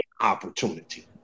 opportunity